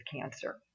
cancer